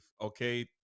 Okay